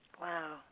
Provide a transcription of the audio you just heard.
Wow